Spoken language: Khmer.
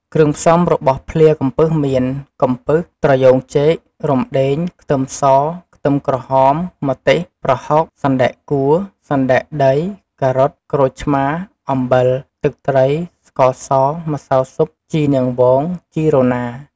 គ្រឿងផ្សំរបស់ភ្លាកំពឹសមាន កំពឹស ត្រយូងចេក រំដេង ខ្ទឹមស ខ្ទឹមក្រហម ម្ទេស ប្រហុក សណ្តែកគួរ សណ្តែកដី ការ៉ុត ក្រូចឆ្មា អំបិល ទឹកត្រី ស្ករស ម្សៅស៊ុប ជីនាងវង ជីរណា។